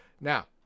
Now